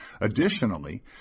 Additionally